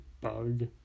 bug